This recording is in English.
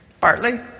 Partly